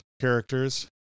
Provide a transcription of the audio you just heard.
characters